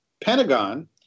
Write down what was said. Pentagon